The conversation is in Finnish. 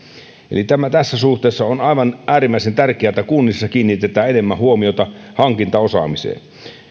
eli tämä on tässä suhteessa aivan äärimmäisen tärkeää että kunnissa kiinnitetään enemmän huomiota hankintaosaamisen